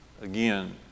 again